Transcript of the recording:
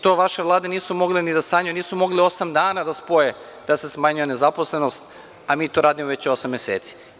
To vaše vlade nisu mogle ni da sanjaju, nisu mogle osam dana da spoje, da se smanjuje nezaposlenost, a mi to radimo već osam meseci.